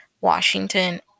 Washington